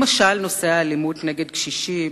למשל, נושא האלימות נגד קשישים.